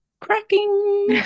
cracking